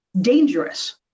dangerous